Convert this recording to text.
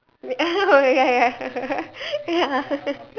ya ya ya